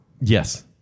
yes